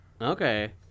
Okay